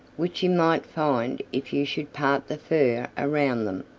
which you might find if you should part the fur around them,